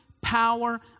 power